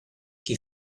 qui